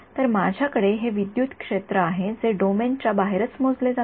तर माझ्याकडे हे विद्युत क्षेत्र आहे जे केवळ डोमेनच्या बाहेरच मोजले जाते